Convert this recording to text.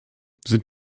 sind